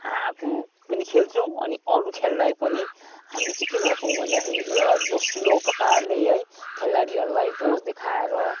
ह आफू पनि खेल्छौँ अनि अरू खेल्दै पनि हामी चाहिँ गर्छौँ भन्दाखेरि चाहिँ एउटा जोसिलो प्रकारले है खेलाडीहरूलाई जोस देखाएर